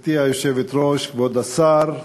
גברתי היושבת-ראש, כבוד השר,